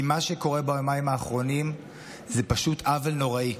מה שקורה ביומיים האחרונים זה פשוט עוול נוראי.